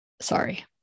sorry